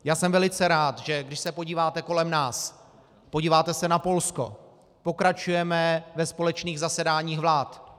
Já jsem velice rád, že když se podíváte kolem nás podíváte se na Polsko, pokračujeme ve společných zasedáních vlád.